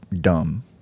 dumb